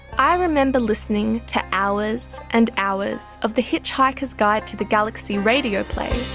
i remember listening to hours and hours of the hitchhiker's guide to the galaxy radio play,